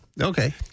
Okay